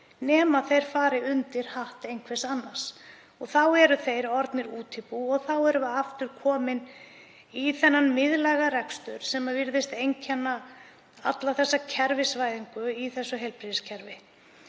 nema þeir fari undir hatt einhvers annars. Þá eru þeir orðnir útibú og þá erum við aftur komin í þennan miðlæga rekstur sem virðist einkenna alla kerfisvæðinguna í heilbrigðiskerfinu.